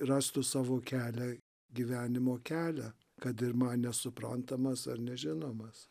rastų savo kelią gyvenimo kelią kad ir man nesuprantamas ar nežinomas